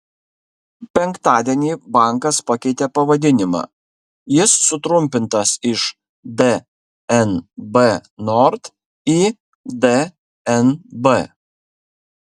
penktadienį bankas pakeitė pavadinimą jis sutrumpintas iš dnb nord į dnb